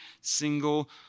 single